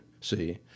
See